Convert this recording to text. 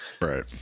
right